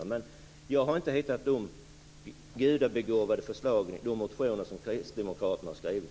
Jag har i varje fall inte hittat några gudabenådade förslag i de motioner som kristdemokraterna har skrivit.